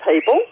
people